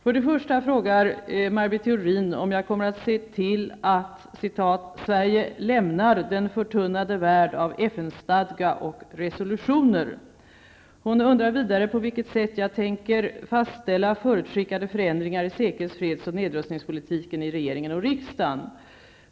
För det första frågar Maj Britt Theorin om jag kommer att se till att ''Sverige lämnar den förtunnade värld av FN-stadga och resolutioner''. Hon undrar för det andra på vilket sätt jag tänker ''fastställa förutskickade förändringar i säkerhets-, freds och nedrustningspolitiken i regeringen och i riksdagen''.